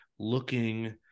looking